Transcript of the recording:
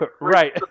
right